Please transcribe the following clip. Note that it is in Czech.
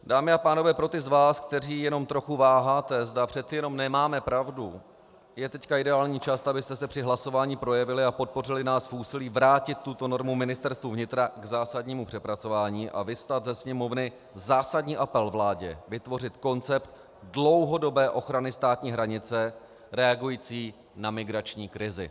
Dámy a pánové, pro ty z vás, kteří jenom trochu váháte, zda přece jenom nemáme pravdu, je teď ideální čas, abyste se při hlasování projevili a podpořili nás v úsilí vrátit tuto normu Ministerstvu vnitra k zásadnímu přepracování a vyslat ze Sněmovny zásadní apel vládě vytvořit koncept dlouhodobé ochrany státní hranice reagující na migrační krizi.